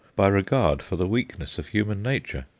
by regard for the weakness of human nature.